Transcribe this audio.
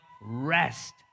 rest